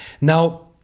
Now